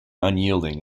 unyielding